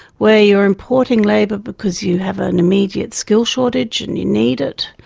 where you're importing labour because you have an immediate skill shortage and you need it.